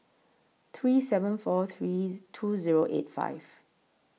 three seven four three two Zero eight five